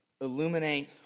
illuminate